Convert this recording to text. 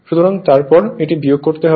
সুতরাং তারপর এটি বিয়োগ করতে হবে